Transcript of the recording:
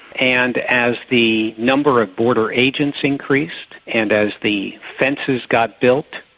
and as the number of border agents increased and as the fences got built,